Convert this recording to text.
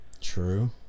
True